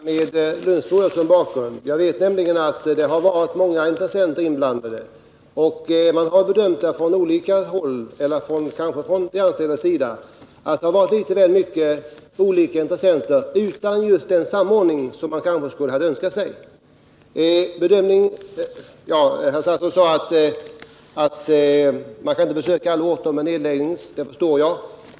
Herr talman! Jag ställde frågan med Lönsboda som bakgrund. Jag vet nämligen att det varit många intressenter inblandade. Och man har från olika håll, kanske särskilt från de anställdas sida, menat att det varit litet för många olika intressenter utan den samordning som man kanske skulle ha önskat sig. Statsrådet sade att man inte kan besöka alla orter med nedläggningshot — och det förstår jag.